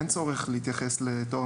אין צורך להתייחס לזה.